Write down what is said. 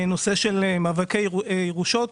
נושא של מאבקי ירושות,